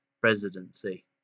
presidency